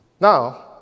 Now